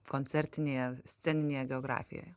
koncertinėje sceninėje biografijoje